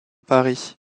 paris